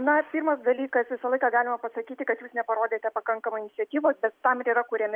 na pirmas dalykas visą laiką galima pasakyti kad jūs neparodėte pakankamai iniciatyvos bet tam yra kuriami